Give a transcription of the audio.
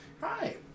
hi